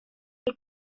they